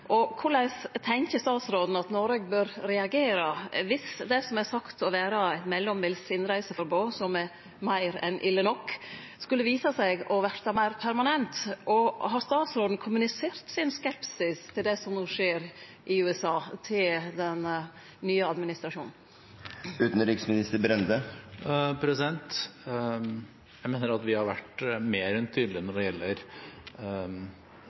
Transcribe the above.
Korleis tenkjer utanriksministeren at Noreg bør reagere dersom det som er sagt å vere eit mellombels innreiseforbod, som er meir enn ille nok, skulle vise seg å verte meir permanent, og har utanriksministeren kommunisert sin skepsis til det som no skjer i USA, til den nye administrasjonen? Jeg mener at vi har vært mer enn tydelig når det gjelder